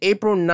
April